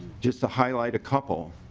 just to highlight a couple